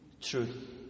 truth